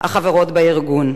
החברות בארגון.